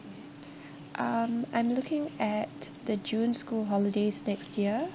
um I'm looking at the june school holidays next year